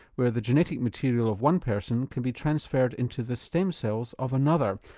where the genetic material of one person can be transferred into the stem cells of another,